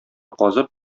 казып